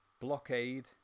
Blockade